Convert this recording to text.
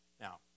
Now